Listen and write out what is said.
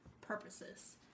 purposes